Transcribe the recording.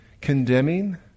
Condemning